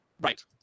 Right